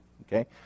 Okay